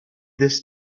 this